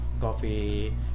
coffee